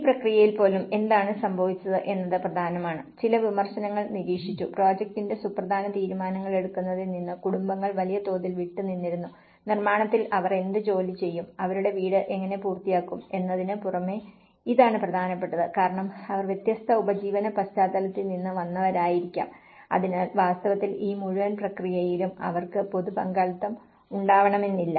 ഈ പ്രക്രിയയിൽ പോലും എന്താണ് സംഭവിച്ചത് എന്നത് പ്രധാനമാണ് ചില വിമർശനങ്ങൾ നിരീക്ഷിച്ചു പ്രോജക്റ്റിന്റെ സുപ്രധാന തീരുമാനങ്ങൾ എടുക്കുന്നതിൽ നിന്ന് കുടുംബങ്ങൾ വലിയ തോതിൽ വിട്ടുനിന്നിരുന്നു നിർമ്മാണത്തിൽ അവർ എന്ത് ജോലി ചെയ്യും അവരുടെ വീട് എങ്ങനെ പൂർത്തിയാക്കും എന്നതിന് പുറമെ ഇതാണ് പ്രധാനപ്പെട്ടത് കാരണം അവർ വ്യത്യസ്ത ഉപജീവന പശ്ചാത്തലത്തിൽ നിന്ന് വന്നവരായിരിക്കാം അതിനാൽ വാസ്തവത്തിൽ ഈ മുഴുവൻ പ്രക്രിയയിലും അവർക്ക് പൊതു പങ്കാളിത്തം ഉണ്ടാവണമെന്നില്ല